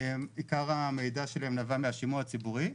עיקר המידע שלהם נבע מהשימוע הציבורי.